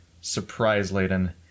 Surprise-laden